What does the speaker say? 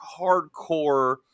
hardcore